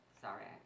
Sorry